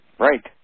Right